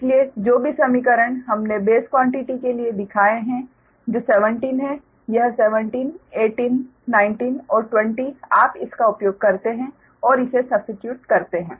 इसलिए जो भी समीकरण हमने बेस क्वान्टिटी के लिए दिखाए हैं जो 17 हैं यह 1718 19 और 20 आप इसका उपयोग करते हैं और इसे सब्स्टिट्यूट करते हैं